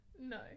No